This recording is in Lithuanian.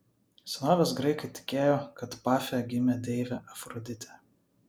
senovės graikai tikėjo kad pafe gimė deivė afroditė